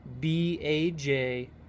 B-A-J